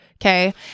Okay